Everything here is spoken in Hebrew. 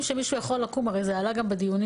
שמישהו יכול לקום וללכת וזה גם עלה בדיונים.